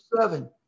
seven